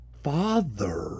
Father